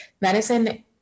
medicine